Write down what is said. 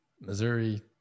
Missouri